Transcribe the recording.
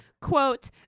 quote